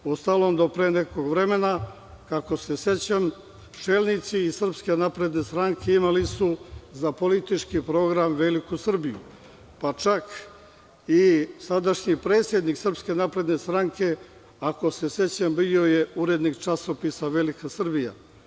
Uostalom, do pre nekog vremena, kako se sećam, čelnici iz SNS, imali su za politički program veliku Srbiju, pa čak i sadašnji predsednik SNS, ako se sećam, bio je urednik časopisa „Velika Srbija“